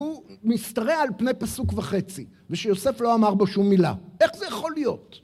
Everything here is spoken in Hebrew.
הוא משתרע על פני פסוק וחצי, ושיוסף לא אמר בו שום מילה, איך זה יכול להיות?